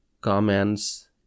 comments